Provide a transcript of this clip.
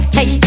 Hey